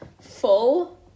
Full